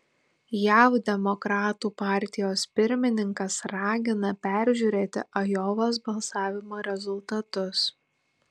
jav demokratų partijos pirmininkas ragina peržiūrėti ajovos balsavimo rezultatus